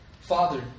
Father